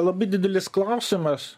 labai didelis klausimas